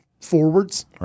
forwards